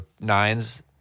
nines